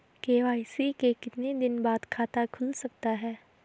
KYC के कितने दिन बाद खाता खुल सकता है?